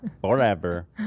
forever